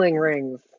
rings